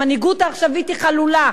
שהמנהיגות העכשווית היא חלולה.